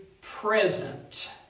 present